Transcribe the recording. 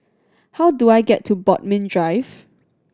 how do I get to Bodmin Drive